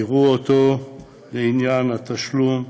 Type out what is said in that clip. יראו אותו לעניין התשלום,